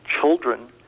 children